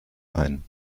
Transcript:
ein